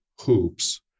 hoops